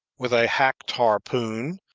with a hacked harpoon,